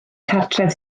cartref